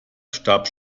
starb